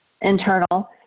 internal